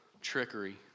trickery